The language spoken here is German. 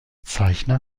zeichner